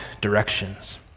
directions